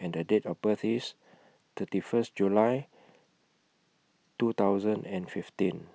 and Date of birth IS thirty First July two thousand and fifteen